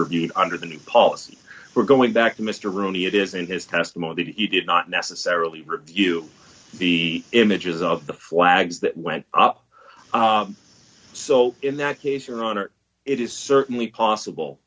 reviewed under the new policy we're going back to mr rooney it is in his testimony that he did not necessarily review the images of the flags that went up so in that case your honor it is certainly possible